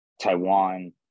Taiwan